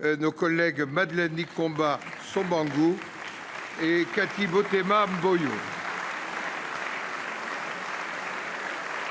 Mmes Madeleine Nikomba Sabangu et Cathy Botema Mboyo. Elles sont